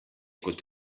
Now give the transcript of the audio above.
kot